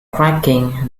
cracking